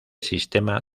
sistema